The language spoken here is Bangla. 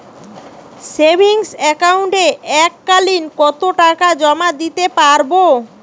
সেভিংস একাউন্টে এক কালিন কতটাকা জমা দিতে পারব?